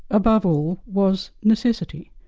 above all, was necessity,